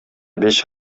беш